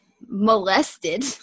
molested